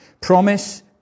promise